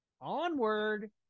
Onward